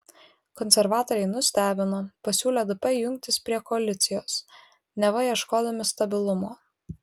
konservatoriai nustebino pasiūlę dp jungtis prie koalicijos neva ieškodami stabilumo